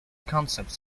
concepts